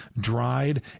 dried